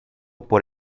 por